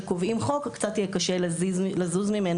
כשקובעים חוק קצת יהיה קשה לזוז ממנו,